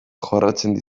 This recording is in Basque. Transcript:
jorratzen